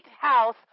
house